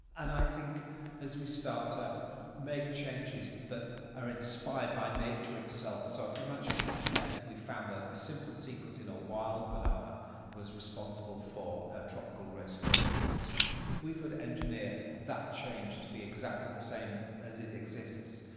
and i think as we start to make changes that are inspired by nature itself, so imagine if we found a simple sequence in a wild banana was responsible for ah tropical race four resistance, if we could engineer that change to be exactly the same as it exists,